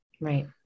Right